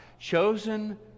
chosen